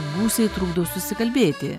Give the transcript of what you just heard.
gūsiai trukdo susikalbėti